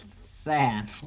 sad